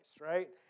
right